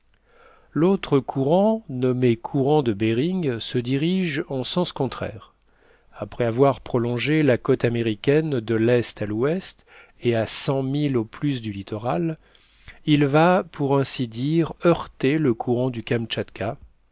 l'autre courant nommé courant de behring se dirige en sens contraire après avoir prolongé la côte américaine de l'est à l'ouest et à cent milles au plus du littoral il va pour ainsi dire heurter le courant du